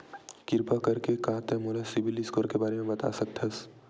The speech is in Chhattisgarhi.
किरपा करके का तै मोला सीबिल स्कोर के बारे माँ बता सकथस?